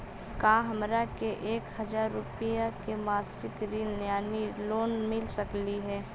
का हमरा के एक हजार रुपया के मासिक ऋण यानी लोन मिल सकली हे?